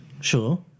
sure